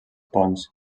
ponts